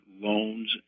loans